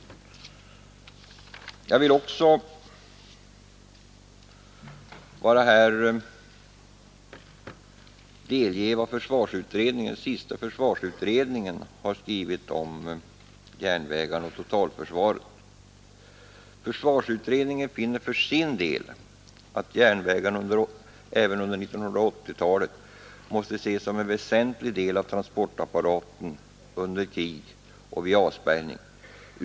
Jag vill också här redovisa vad den senaste försvarsutredningen skrivit om järnvägarnas betydelse för totalförsvaret: ”Försvarsutredningen finner för sin del att järnvägarna även under 1980-talet måste ses som en väsentlig del av transportapparaten under krig och vid avspärrning.